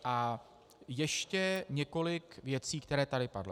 A ještě několik věcí, které tady padly.